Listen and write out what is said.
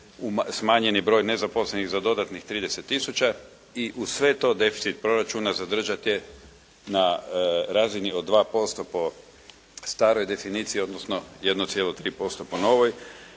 smanjeni broj nezaposlenih za dodatnih 30000 i uz sve to deficit proračuna zadržat je na razini od 2% po staroj definiciji, odnosno 1,3% po novoj